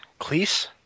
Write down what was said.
Cleese